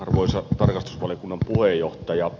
arvoisa tarkastusvaliokunnan puheenjohtaja